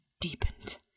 deepened